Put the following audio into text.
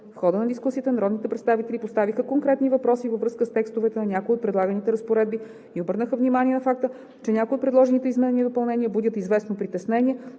В хода на дискусията народните представители поставиха конкретни въпроси във връзка с текстовете на някои от предлаганите разпоредби и обърнаха внимание на факта, че някои от предложените изменения и допълнения будят известно притеснение,